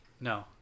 No